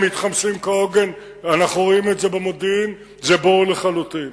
הם מתחמשים כהוגן ואנחנו רואים את זה במודיעין וזה ברור לחלוטין.